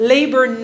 Labor